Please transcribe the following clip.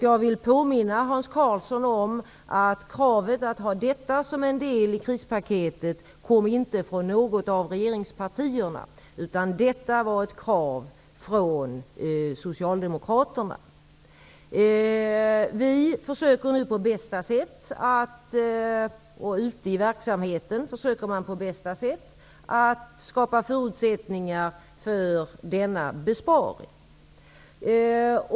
Jag vill påminna Hans Karlsson om att kravet att ha detta som en del av krispaketet kom inte från något av regeringspartierna. Detta var ett krav från Vi försöker på bästa sätt, och ute i verksamheten försöker man på bästa sätt, att skapa förutsättningar för denna besparing.